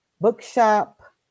bookshop